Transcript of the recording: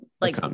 like-